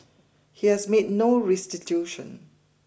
he has made no restitution